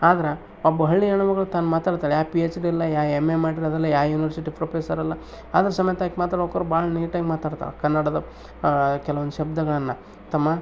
ಆದರೆ ಒಬ್ಬ ಹಳ್ಳಿ ಹೆಣ್ಮಗಳು ತಾನು ಮಾತಾಡ್ತಾಳೆ ಯಾವ ಪಿ ಹೆಚ್ ಡಿ ಇಲ್ಲ ಯಾವ ಎಮ್ ಎ ಮಾಡಿರೋದಿಲ್ಲಾ ಯಾವ ಯೂನಿವರ್ಸಿಟಿ ಪ್ರೊಫೆಸರ್ ಅಲ್ಲ ಆದರು ಸಮೇತ ಆಕೆ ಮಾತಾಡ್ಬೇಕಾದರು ಭಾಳ್ ನೀಟಾಗಿ ಮಾತಾಡ್ತಾಳೆ ಕನ್ನಡದಾಗೆ ಕೆಲ ಒಂದು ಶಬ್ದಗಳನ್ನು ತಮ್ಮಾ